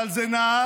אבל זה נער,